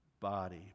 body